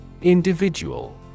Individual